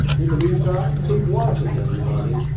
in the meantime, keep watching everybody